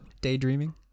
Daydreaming